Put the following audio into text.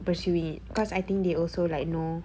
pursuing it cause I think they also like know